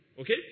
Okay